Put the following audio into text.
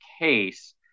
case